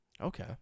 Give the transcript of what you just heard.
Okay